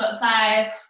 five